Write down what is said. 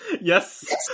Yes